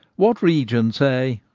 what region, say,